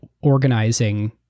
organizing